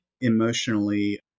emotionally